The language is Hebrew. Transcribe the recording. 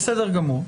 בסדר גמור.